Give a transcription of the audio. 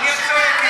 על מי את צועקת?